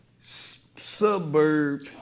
suburb